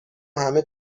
همه